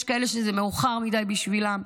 יש כאלה שזה מאוחר מדי בשבילם.